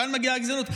כאן מגיעה הגזענות.